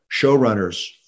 showrunners